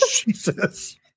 jesus